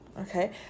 okay